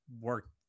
work